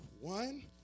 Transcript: One